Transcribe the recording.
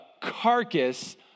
carcass